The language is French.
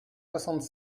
soixante